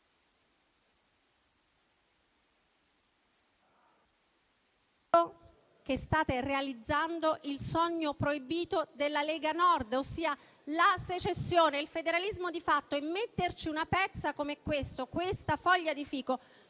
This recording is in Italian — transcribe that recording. ...che state realizzando il sogno proibito della Lega Nord, ossia la secessione e il federalismo di fatto. E metterci una pezza come questa foglia di fico